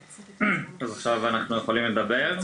אז עכשיו אנחנו יכולים לדבר.